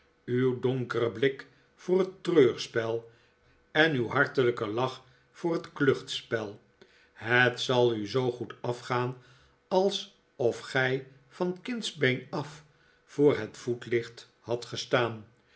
uw donkere blik voor het treurspel en uw hartelijke lach voor het kluchtspel het zal u zoo goed afgaan alsof gij van kindsbeen af voor het voetlicht hadt gestaan